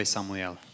Samuel